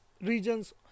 regions